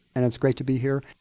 and it's great to be here.